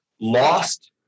lost